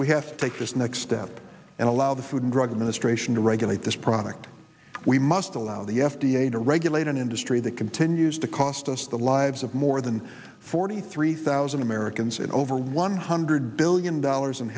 we have to take this next step and allow the food and drug administration to regulate this product we must allow the f d a to regulate an industry that continues to cost us the lives of more than forty three thousand americans and over one hundred billion dollars in